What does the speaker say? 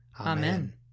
Amen